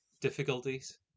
difficulties